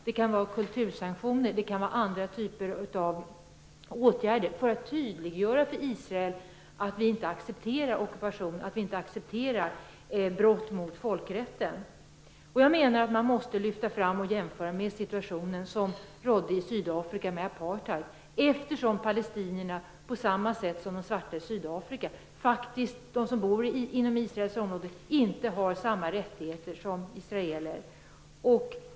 Det kan vara fråga om kultursanktioner och andra typer av åtgärder för att tydliggöra för Israel att vi inte accepterar ockupation och brott mot folkrätten. Man måste lyfta fram jämförelsen med den situation som rådde i Sydafrika med apartheid, eftersom palestinierna som bor inom Israels område inte har samma rättigheter som israelerna.